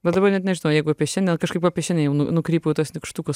bet dabar net nežinau jeigu šiandien kažkaip apie šiandien jau nu nukrypau į tuos nykštukus